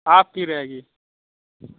آپ کی رہے گی